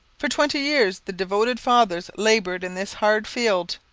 for twenty years the devoted fathers laboured in this hard field.